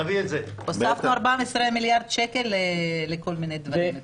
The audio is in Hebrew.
הוספנו 14 מיליארד שקל לכל מיני דברים אתמול.